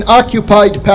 occupied